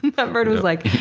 but bird was like,